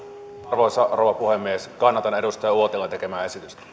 arvoisa rouva puhemies kannatan edustaja uotilan tekemää